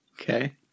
Okay